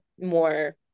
more